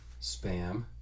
spam